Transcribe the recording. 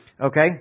okay